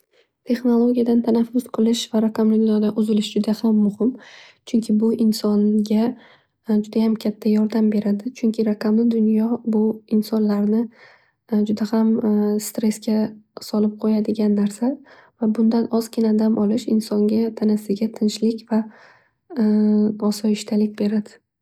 Texnologiyadan tanaffus qilish raqamli dunyodan uzulish juda ham muhim. Chunki bu insonga judayam katta yordam beradi. Chunki raqamli dunyo bu insonlarni juda ham stressga solib qo'yadigan narsa va bundan ozgina dam olish insonga, tanasiga tinchlik va osoyishtalik beradi.